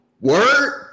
Word